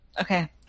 Okay